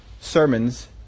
sermons